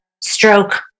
stroke